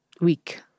week